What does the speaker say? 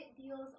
deals